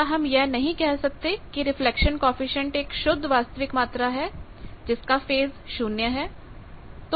क्या हम यह नहीं कह सकते कि रिफ्लेक्शन कॉएफिशिएंट एक शुद्ध वास्तविक मात्रा है जिसका फेज 0 है